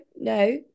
no